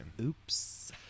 Oops